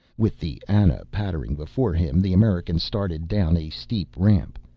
with the ana pattering before him, the american started down a steep ramp,